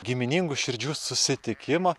giminingų širdžių susitikimą